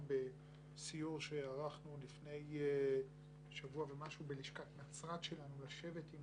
בסיור שערכנו לפני שבוע ומשהו בלשכת נצרת שלנו לשבת עם